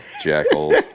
jackals